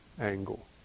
angle